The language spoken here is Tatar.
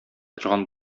торган